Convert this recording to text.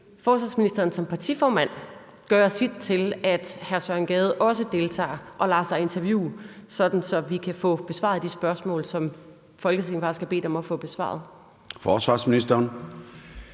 forsvarsministeren som partiformand gøre sit til, at hr. Søren Gade også deltager og lader sig interviewe, sådan at vi kan få besvaret de spørgsmål, som Folketinget faktisk har bedt om at få besvaret? Kl.